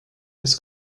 his